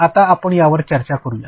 आता आपण यावर चर्चा करूया